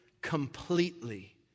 completely